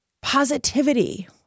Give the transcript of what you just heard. positivity